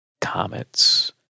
comets